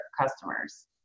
customers